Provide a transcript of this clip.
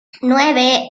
nueve